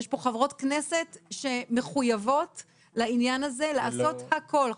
יש פה חברות כנסת שמחויבות לעניין הזה לעשות הכל.